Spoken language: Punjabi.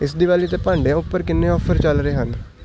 ਇਸ ਦਿਵਾਲੀ 'ਤੇ ਭਾਂਡਿਆਂ ਉੱਤੇ ਕਿੰਨੇ ਆਫਰ ਚੱਲ ਰਹੇ ਹਨ